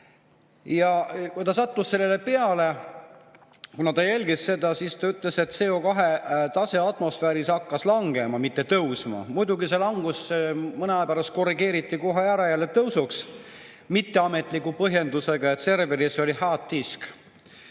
graafik? Ta sattus sellele peale, kuna jälgis seda. Selgus, et CO2tase atmosfääris hakkas langema, mitte tõusma. Muidugi see langus mõne aja pärast korrigeeriti ära jälle tõusuks, mitteametliku põhjendusega, et serveris olihard disk